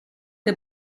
che